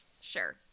sure